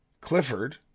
Clifford